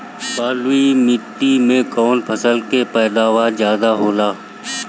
बालुई माटी में कौन फसल के पैदावार ज्यादा होला?